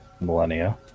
millennia